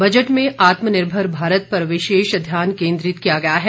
budget में आत्मनिर्भर भारत पर विशेष ध्यान केंद्रित किया गया है